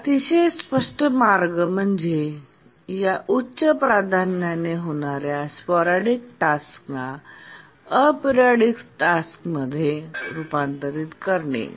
एक अतिशय स्पष्ट मार्ग म्हणजे या उच्च प्राधान्याने होणा्या स्पोरॅडीक टास्कना अॅपेरिओडिक टास्कमध्ये रूपांतरित करणे